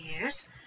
years